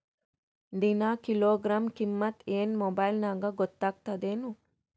ದಿನಾ ಕಿಲೋಗ್ರಾಂ ಕಿಮ್ಮತ್ ಏನ್ ಮೊಬೈಲ್ ನ್ಯಾಗ ಗೊತ್ತಾಗತ್ತದೇನು?